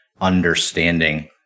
understanding